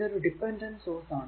ഇതൊരു dependent source ആണ്